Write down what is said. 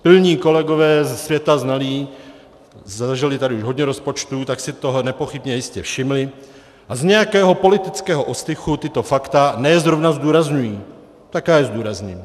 Pilní kolegové světa znalí zažili už tady hodně rozpočtů, tak si toho nepochybně a jistě všimli a z nějakého politického ostychu tato fakta ne zrovna zdůrazňují, tak já je zdůrazním.